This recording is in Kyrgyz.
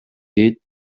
дейт